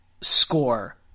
score